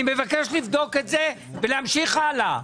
אני מבקש לבדוק את זה ולהמשיך הלאה.